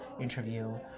interview